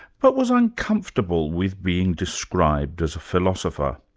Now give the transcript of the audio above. but was uncomfortable with being described as a philosopher.